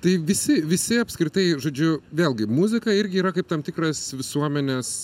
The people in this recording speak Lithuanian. tai visi visi apskritai žodžiu vėlgi muzika irgi yra kaip tam tikras visuomenės